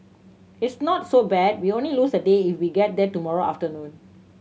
it's not so bad we only lose a day if we get there tomorrow afternoon